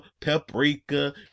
paprika